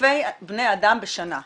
אלפי בני אדם בשנה בישראל.